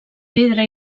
pedra